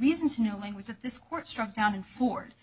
reasons you know language that this court struck down and ford